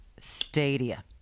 Stadia